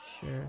Sure